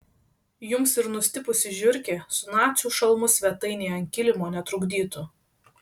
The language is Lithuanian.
jums ir nustipusi žiurkė su nacių šalmu svetainėje ant kilimo netrukdytų